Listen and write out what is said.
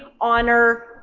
honor